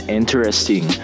interesting